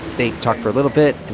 they talk for a little bit. and